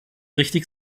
richtig